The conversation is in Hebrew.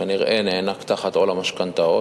כנראה נאנק תחת עול המשכנתאות